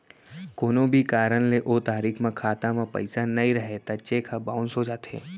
कोनो भी कारन ले ओ तारीख म खाता म पइसा नइ रहय त चेक ह बाउंस हो जाथे